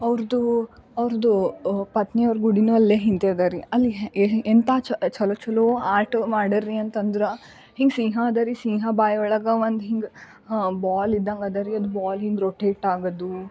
ಅವ್ರದು ಅವ್ರದು ಪತ್ನಿ ಅವ್ರ ಗುಡಿಯೂ ಅಲ್ಲೇ ಹಿಂದೆ ಇದೆ ರೀ ಅಲ್ಲಿ ಎಂಥ ಚೆಲೋ ಚೆಲೋ ಆರ್ಟ್ ಮಾಡ್ಯಾರಿ ಅಂತಂದ್ರೆ ಹಿಂಗ ಸಿಂಹ ಇದೆರಿ ಸಿಂಹ ಬಾಯೊಳಗೆ ಒಂದು ಹಿಂಗ ಬಾಲ್ ಇದ್ದಂತೆ ಇದೆರಿ ಅದು ಬಾಲ್ ಹಿಂಗ ರೊಟೇಟ್ ಆಗೋದು